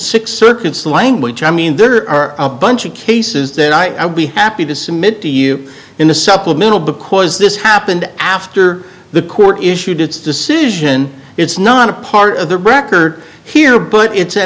six circuits language i mean there are a bunch of cases that i would be happy to submit to you in the supplemental because this happened after the court issued its decision it's not a part of the record here but it's an